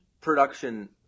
production